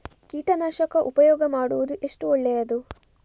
ಕೀಟನಾಶಕ ಉಪಯೋಗ ಮಾಡುವುದು ಎಷ್ಟು ಒಳ್ಳೆಯದು?